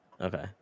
Okay